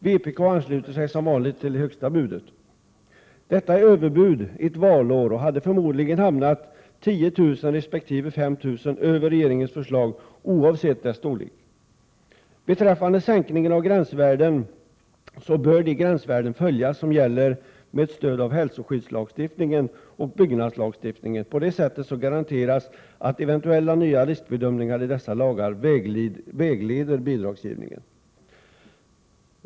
Vpk ansluter sig som vanligt till högsta budet. Detta är Prot. 1987/88:110 överbud, lagda ett valår, och buden hade förmodligen hamnat 10 000 resp. — 28 april 1988 5 000 över regeringens förslag oavsett dess storlek. När det gäller sänkning av gränsvärden anser vi att de gränsvärden bör följas som gäller med stöd av hälsoskyddslagstiftningen och byggnadslagstiftningen. Därigenom garanteras att eventuella nya riskbedömningar i dessa lagar vägleder bidragsgivningen.